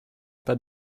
pas